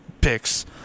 picks